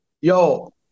Yo